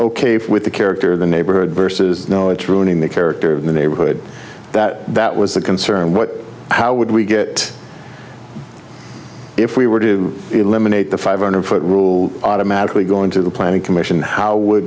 for with the character the neighborhood versus no it's ruining the character of the neighborhood that that was the concern what how would we get if we were to eliminate the five hundred foot rule automatically going to the planning commission how would